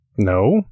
no